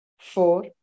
Four